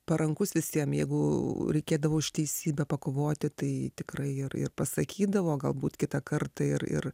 parankus visiem jeigu reikėdavo už teisybę pakovoti tai tikrai ir ir pasakydavo galbūt kitą kartą ir ir